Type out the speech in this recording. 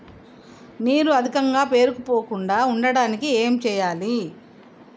నీరు అధికంగా పేరుకుపోకుండా ఉండటానికి ఏం చేయాలి?